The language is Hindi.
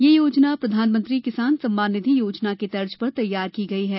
यह योजना प्रधानमंत्री किसान सम्मान निधि योजना की तर्ज पर तैयार की गई है